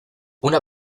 una